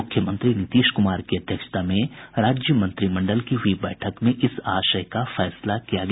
मुख्यमंत्री नीतीश क्मार की अध्यक्षता में राज्य मंत्रिमंडल की हुई बैठक में इस आशय का फैसला किया गया